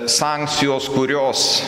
sankcijos kurios